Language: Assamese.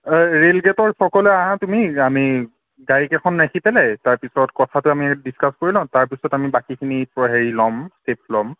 ৰেইল গেইটৰ চকলৈ আহা তুমি আমি গাড়ীকেইখন ৰাখি পেলাই তাৰপাছত আমি কথাটো ডিছকাছ কৰি লওঁ তাৰপাছত আমি বাকীখিনিৰ পৰা হেৰি ল'ম ষ্টেপ ল'ম